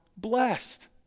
blessed